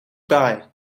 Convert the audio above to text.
baai